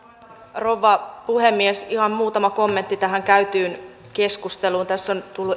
rouva puhemies ihan muutama kommentti tähän käytyyn keskusteluun tässä on tullut